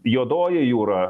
juodoji jūra